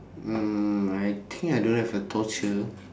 uh I think I don't have a torture